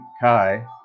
Kai